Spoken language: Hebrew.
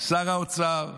שר האוצר,